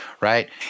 right